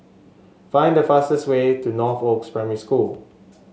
find the fastest way to Northoaks Primary School